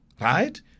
right